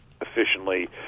efficiently